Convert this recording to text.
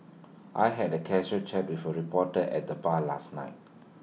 I had A casual chat with A reporter at the bar last night